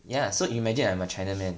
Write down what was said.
ya so imagine I'm a China man